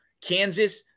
kansas